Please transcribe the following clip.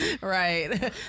Right